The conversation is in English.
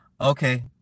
Okay